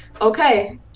Okay